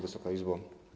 Wysoka Izbo!